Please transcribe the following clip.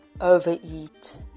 overeat